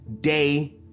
day